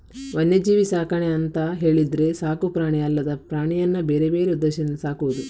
ವನ್ಯಜೀವಿ ಸಾಕಣೆ ಅಂತ ಹೇಳಿದ್ರೆ ಸಾಕು ಪ್ರಾಣಿ ಅಲ್ಲದ ಪ್ರಾಣಿಯನ್ನ ಬೇರೆ ಬೇರೆ ಉದ್ದೇಶದಿಂದ ಸಾಕುದು